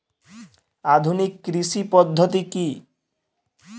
আধুনিক কৃষি পদ্ধতি কী?